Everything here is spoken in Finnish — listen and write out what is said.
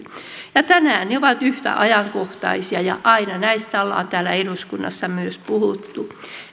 tänään ne ovat yhtä ajankohtaisia ja aina näistä ollaan myös täällä eduskunnassa puhuttu